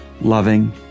loving